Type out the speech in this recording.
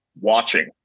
watching